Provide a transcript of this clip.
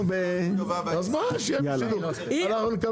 שהיא לא מוכנה לבדוק מיזוג שהוא פרו תחרותי,